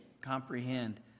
comprehend